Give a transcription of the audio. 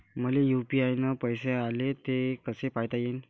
मले यू.पी.आय न पैसे आले, ते कसे पायता येईन?